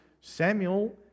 Samuel